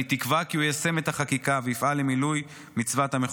אני תקווה כי הוא יישם את החקיקה ויפעל למילוי מצוות המחוקק.